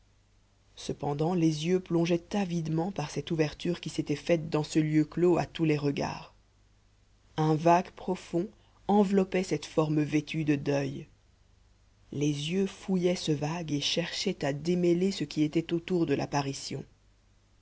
cependant les yeux plongeaient avidement par cette ouverture qui s'était faite dans ce lieu clos à tous les regards un vague profond enveloppait cette forme vêtue de deuil les yeux fouillaient ce vague et cherchaient à démêler ce qui était autour de l'apparition